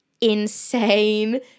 insane